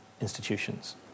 institutions